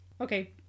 Okay